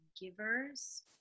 givers